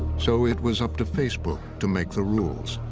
so it was up to facebook to make the rules,